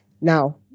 Now